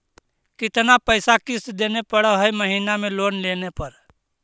कितना पैसा किस्त देने पड़ है महीना में लोन लेने पर?